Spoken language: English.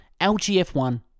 LGF1